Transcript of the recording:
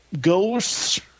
ghosts